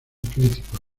críticos